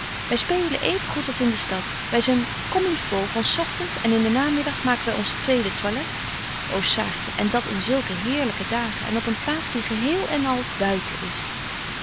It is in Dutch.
wy spelen even goed als in de stad wy zyn comme il faut van s ochtends en in den namiddag maken wy ons twede toilet ô saartje en dat in zulke heerlyke dagen en op een plaats die geheel-en-al buiten is